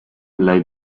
lay